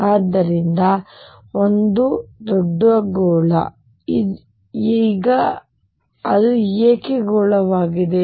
ಆದ್ದರಿಂದ ಇದು ಒಂದು ದೊಡ್ಡ ಗೋಳ ಈಗ ಅದು ಏಕೆ ಗೋಳವಾಗಿದೆ